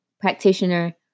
practitioner